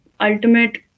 ultimate